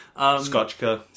Scotchka